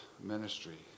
ministry